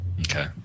Okay